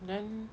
then